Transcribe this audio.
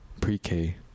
pre-k